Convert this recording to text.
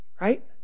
Right